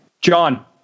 John